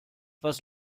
was